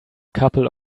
couple